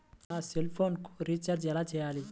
నా సెల్ఫోన్కు రీచార్జ్ ఎలా చేయాలి?